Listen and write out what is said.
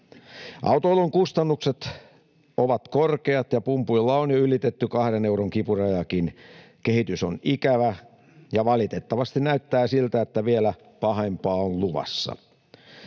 Autoilun kustannukset ovat korkeat, ja pumpuilla on jo ylitetty 2 euron kipurajakin. Kehitys on ikävä, ja valitettavasti näyttää siltä, että vielä pahempaa on luvassa.